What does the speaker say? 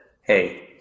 hey